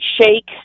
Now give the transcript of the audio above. shake